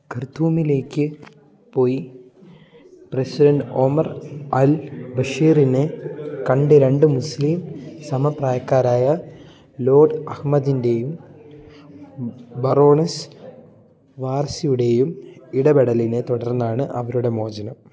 ഖർത്തൂമിലേക്ക് പോയി president Omar അൽബഷീറിനെ കണ്ട രണ്ട് മുസ്ലീം സമപ്രായക്കാരായ ലോഡ് അഹമ്മദിൻറ്റേയും ബറോണസ് വാർസിയുടെയും ഇടപെടലിനെത്തുടർന്നാണ് അവരുടെ മോചനം